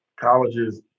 colleges